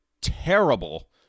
terrible